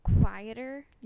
quieter